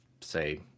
say